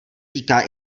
týká